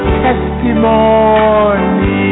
testimony